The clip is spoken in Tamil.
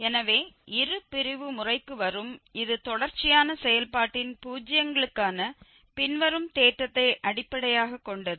எனவே இருபிரிவு முறைக்கு வரும் இது தொடர்ச்சியான செயல்பாட்டின் பூஜ்ஜியங்களுக்கான பின்வரும் தேற்றத்தை அடிப்படையாகக் கொண்டது